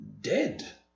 Dead